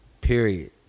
period